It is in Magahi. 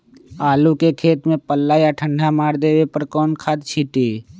आलू के खेत में पल्ला या ठंडा मार देवे पर कौन खाद छींटी?